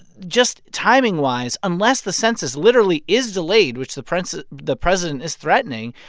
just timing-wise, unless the census literally is delayed, which the president the president is threatening.